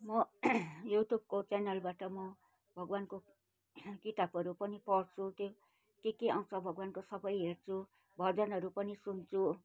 म युट्युबको च्यानेलबाट म भगवान्को किताबहरू पनि पढ्छु त्यो के के आउँछ भगवान्को सबै हेर्छु भजनहरू पनि सुन्छु